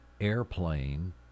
airplane